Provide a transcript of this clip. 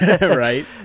right